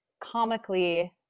comically